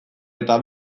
eta